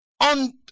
on